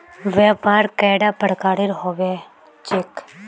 व्यापार कैडा प्रकारेर होबे चेक?